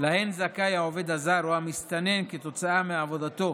שלהן זכאי העובד הזר או המסתנן כתוצאה מעבודתו,